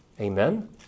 Amen